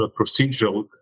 procedural